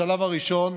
בשלב הראשון,